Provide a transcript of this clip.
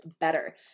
better